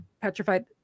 petrified